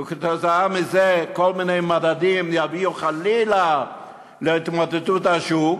וכתוצאה מזה כל מיני מדדים יביאו חלילה להתמוטטות השוק,